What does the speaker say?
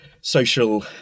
social